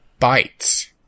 bytes